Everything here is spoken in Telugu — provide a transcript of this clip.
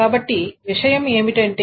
కాబట్టి విషయం ఏమిటంటే